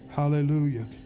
Hallelujah